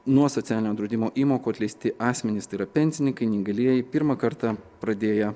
nuo socialinio draudimo įmokų atleisti asmenys tai yra pensininkai neįgalieji pirmą kartą pradėję